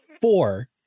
four